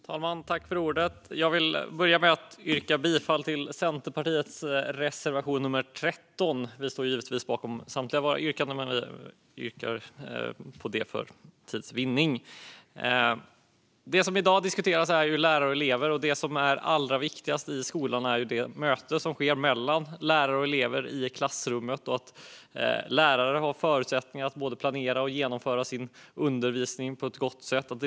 Fru talman! Jag vill börja med att yrka bifall till Centerpartiets reservation 13. Vi står givetvis bakom samtliga våra reservationer men yrkar för tids vinning bifall endast till denna. Det som i dag diskuteras är lärare och elever. Det som är allra viktigast i skolan är det möte som sker mellan lärare och elever i klassrummet och att lärare har förutsättningar att både planera och genomföra sin undervisning på ett gott sätt.